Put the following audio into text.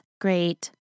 great